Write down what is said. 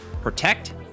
Protect